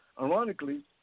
Ironically